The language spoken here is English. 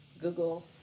google